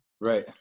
Right